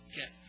get